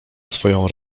swoją